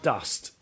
Dust